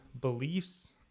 beliefs